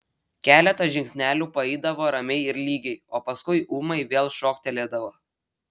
keletą žingsnelių paeidavo ramiai ir lygiai o paskui ūmai vėl šoktelėdavo